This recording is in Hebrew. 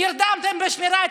נרדמתם בשמירה.